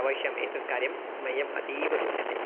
अवश्यम् एतत् कार्यं मह्यम् अतीव रोचते